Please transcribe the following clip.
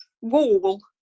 wall